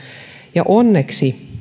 ja onneksi